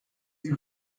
sie